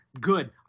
Good